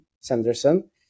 Sanderson